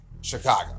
Chicago